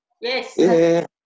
Yes